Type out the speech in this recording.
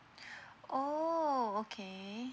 oh okay